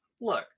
look